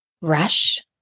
rush